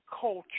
culture